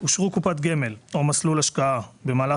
אושרו קופת גמל או מסלול השקעה במהלך